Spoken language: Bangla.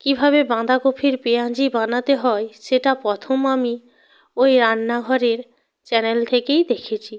কীভাবে বাঁদাকপির পেঁয়াজি বানাতে হয় সেটা প্রথম আমি ওই রান্নাঘরের চ্যানেল থেকেই দেখেছি